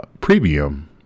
premium